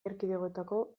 erkidegoetako